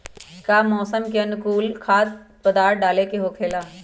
का मौसम के अनुकूल खाद्य पदार्थ डाले के होखेला?